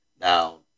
Now